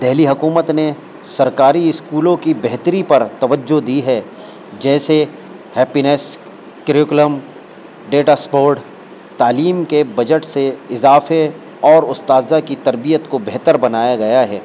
دہلی حکومت نے سرکاری اسکولوں کی بہتری پر توجہ دی ہے جیسے ہیپینس کریکلم ڈیٹا سپورٹ تعلیم کے بجٹ سے اضافے اور اساتذہ کی تربیت کو بہتر بنایا گیا ہے